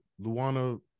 Luana